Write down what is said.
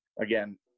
again